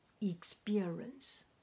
experience